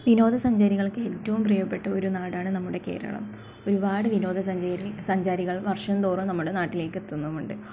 വിനോദ സഞ്ചാരികൾക്ക് ഏറ്റവും പ്രിയപ്പെട്ട ഒരു നാടാണ് നമ്മുടെ കേരളം ഒരുപാട് വിനോദ സഞ്ചാരം സഞ്ചാരികൾ വർഷം തോറും നമ്മുടെ നാട്ടിലേക്ക് എത്തുന്നുമുണ്ട്